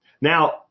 Now